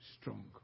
strong